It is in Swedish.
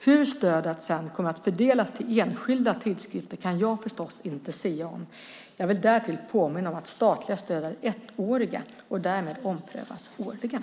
Hur stödet sedan kommer att fördelas till enskilda tidskrifter kan jag förstås inte sia om. Jag vill därtill påminna om att statliga stöd är ettåriga och därmed omprövas årligen.